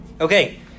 Okay